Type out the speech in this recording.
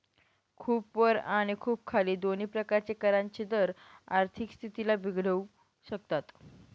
खूप वर आणि खूप खाली दोन्ही प्रकारचे करांचे दर आर्थिक स्थितीला बिघडवू शकतात